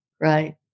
Right